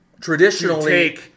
Traditionally